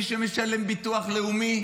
מי שמשלם ביטוח לאומי?